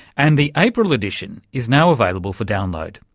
and the april edition is now available for download.